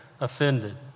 offended